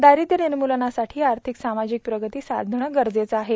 दारिद्रय निर्मूलनासाठी आर्थिक सामाजिक प्रगती साधणे गरजेचे आहे